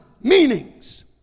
meanings